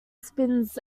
spins